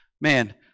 man